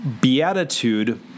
beatitude